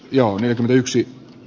jaanek yksi